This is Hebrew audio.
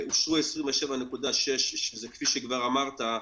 אושרו 27.6, שזה כפי שכבר אמרת,